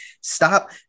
stop